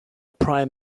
prime